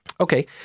Okay